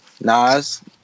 Nas